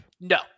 No